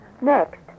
Next